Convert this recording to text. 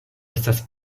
estas